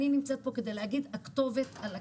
אני נמצאת פה כדי להגיד: הכתובת על הקיר.